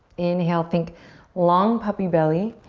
inhale think long, puppy belly.